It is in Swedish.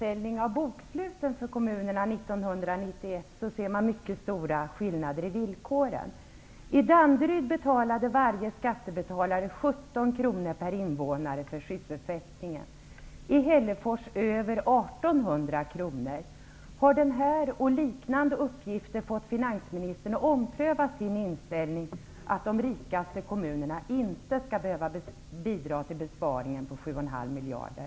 Herr talman! Jag har en fråga till finansministern. Om man ser på Kommunförbundets sammanställning av boksluten för kommunerna 1991, ser man mycket stora skillnader i villkoren. I Har den här och liknande uppgifter fått finansministern att ompröva sin inställning att de rikaste kommunerna inte skall behöva bidra till besparingen på 7,5 miljarder?